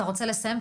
אתה רוצה לסיים,